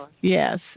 Yes